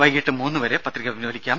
വൈകീട്ട് മൂന്ന് വരെ പത്രിക പിൻവലിക്കാം